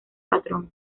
patrón